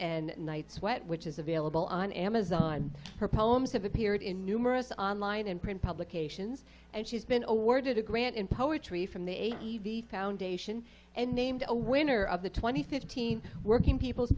and nights wet which is available on amazon her poems have appeared in numerous online and print publications and she's been awarded a grant in poetry from the foundation and named a winner of the twenty fifteen working people